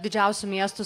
didžiausių miestus